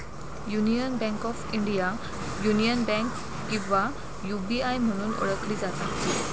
union bank of India, union bank किंवा UBI म्हणून ओळखली जाता